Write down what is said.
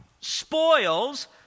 spoils